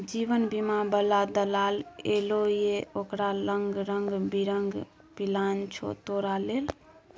जीवन बीमा बला दलाल एलौ ये ओकरा लंग रंग बिरंग पिलान छौ तोरा लेल